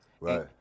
right